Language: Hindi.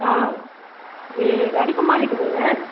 हाँ ये गाड़ी के मालिक बोल रहे हैं